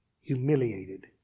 humiliated